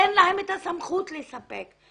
אין להם את הסמכות לספק אותן.